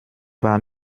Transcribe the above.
war